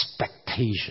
expectation